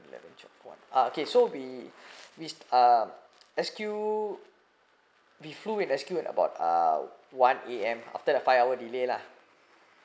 eleven twelve uh so we we uh S_Q we flew with S_Q about uh one A_M after the five hours delay lah